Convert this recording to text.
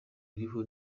iriho